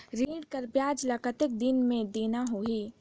ऋण कर ब्याज ला कतेक दिन मे देना होही?